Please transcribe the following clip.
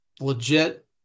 legit